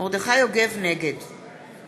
נגד